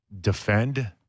defend